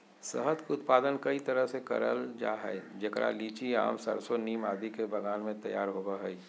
शहद के उत्पादन कई तरह से करल जा हई, जेकरा लीची, आम, सरसो, नीम आदि के बगान मे तैयार होव हई